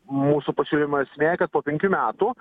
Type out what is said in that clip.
mūsų pasiūlymo esmė kad po penkių metų